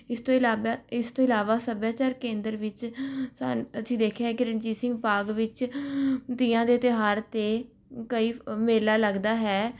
ਇਸ ਤੋਂ ਇਲਾਵਾ ਇਸ ਤੋਂ ਇਲਾਵਾ ਸੱਭਿਆਚਾਰ ਕੇਂਦਰ ਵਿੱਚ ਸਾਨ ਅਸੀਂ ਦੇਖਿਆ ਹੈ ਕਿ ਰਣਜੀਤ ਸਿੰਘ ਬਾਗ਼ ਵਿੱਚ ਤੀਆਂ ਦੇ ਤਿਉਹਾਰ 'ਤੇ ਕਈ ਮੇਲਾ ਲੱਗਦਾ ਹੈ